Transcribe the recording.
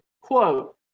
quote